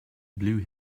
blue